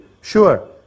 Sure